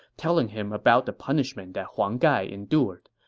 telling him about the punishment that huang gai endured.